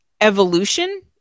evolution